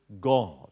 God